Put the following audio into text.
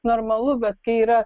normalu bet kai yra